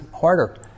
harder